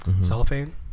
cellophane